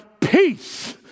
peace